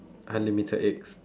unlimited eggs